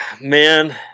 Man